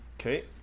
Okay